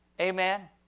Amen